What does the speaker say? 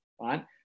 right